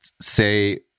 say